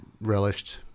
relished